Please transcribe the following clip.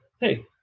hey